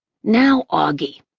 now, auggie,